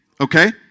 Okay